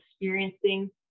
experiencing